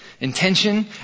Intention